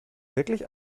wirklich